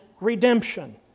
redemption